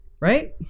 Right